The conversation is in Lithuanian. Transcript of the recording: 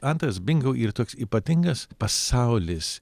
antras bingo ir toks ypatingas pasaulis